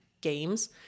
games